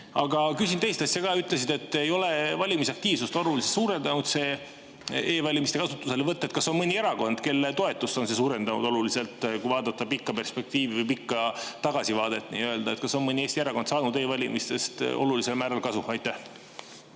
Aga küsin teist asja ka. Ütlesid, et ei ole valimisaktiivsust oluliselt suurendanud see e-valimiste kasutuselevõtt. Kas on mõni erakond, kelle toetust see on oluliselt suurendanud? Kui vaadata pikka perspektiivi või pikka tagasivaadet, siis kas on mõni Eesti erakond saanud e-valimistest olulisel määral kasu? Jah,